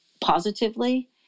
positively